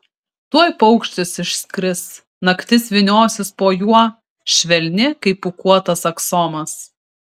tuoj paukštis išskris naktis vyniosis po juo švelni kaip pūkuotas aksomas